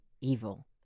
Evil